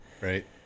Right